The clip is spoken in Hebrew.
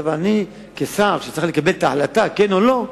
אבל אני, כשר שצריך לקבל את ההחלטה כן או לא,